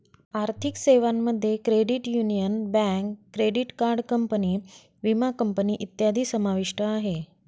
आर्थिक सेवांमध्ये credit union, bank, credit card company, विमा कंपनी इत्यादी समाविष्ट आहे